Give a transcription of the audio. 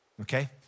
okay